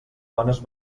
dones